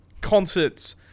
concerts